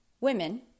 women